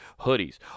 hoodies